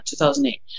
2008